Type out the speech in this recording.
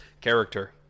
character